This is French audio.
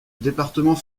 département